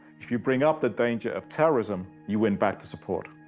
if you bring up the danger of terrorism, you win back the support.